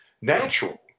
natural